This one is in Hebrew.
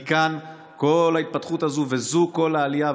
מכאן כל ההתפתחות הזו, וזו כל העלייה.